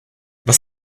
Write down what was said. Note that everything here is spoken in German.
was